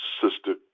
Sister